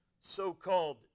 so-called